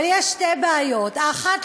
אבל יש שתי בעיות: האחת,